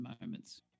moments